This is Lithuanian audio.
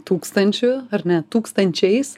tūkstančių ar ne tūkstančiais